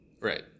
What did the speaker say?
Right